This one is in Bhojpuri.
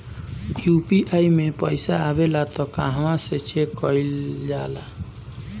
यू.पी.आई मे पइसा आबेला त कहवा से चेक कईल जाला?